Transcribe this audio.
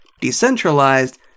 decentralized